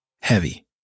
heavy